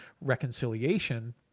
reconciliation